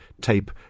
tape